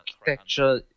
architecture